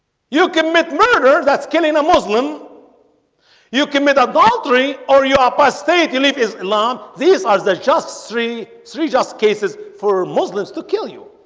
you commit murder that's killing a muslim you commit adultery or you apostate you leave islam. these are the just three three just cases for muslims to kill you